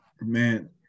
man